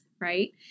Right